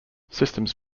systems